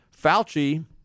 Fauci